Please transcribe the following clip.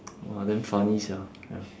!wah! damn funny sia